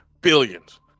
billions